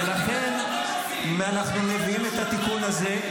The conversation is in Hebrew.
ולכן אנחנו מביאים את התיקון הזה,